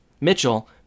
Mitchell